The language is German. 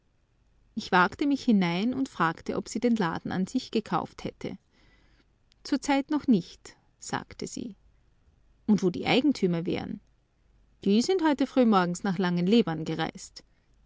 ich wagte mich hinein und fragte ob sie den laden an sich gekauft hätte zur zeit noch nicht sagte sie und wo die eigentümer wären die sind heute frühmorgens nach langenlebarn gereist